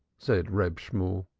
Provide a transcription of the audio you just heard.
said reb shemuel.